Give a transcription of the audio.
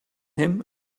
him